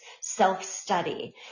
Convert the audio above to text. self-study